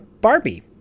Barbie